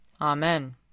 Amen